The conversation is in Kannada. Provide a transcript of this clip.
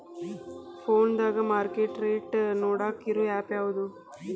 ಫೋನದಾಗ ಮಾರ್ಕೆಟ್ ರೇಟ್ ನೋಡಾಕ್ ಇರು ಆ್ಯಪ್ ಯಾವದು?